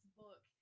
book